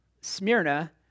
Smyrna